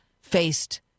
faced